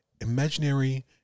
imaginary